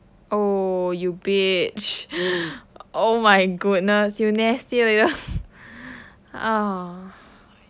oh you bitch oh my goodness you nasty little oh